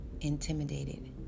intimidated